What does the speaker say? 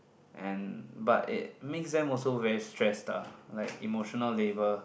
and but it makes them also very stressed like emotional labour